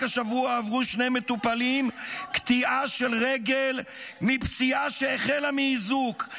"רק השבוע עברו שני מטופלים קטיעה של רגל מפציעה שהחלה מאיזוק.